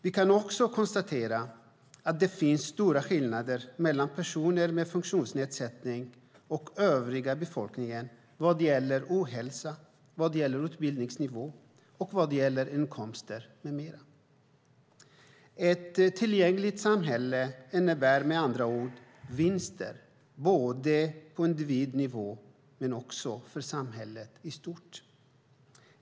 Vi kan också konstatera att det finns stora skillnader mellan personer med funktionsnedsättning och den övriga befolkningen vad gäller ohälsa, utbildningsnivå, inkomster med mera. Ett tillgängligt samhälle innebär med andra ord vinster på individnivå och för samhället i stort.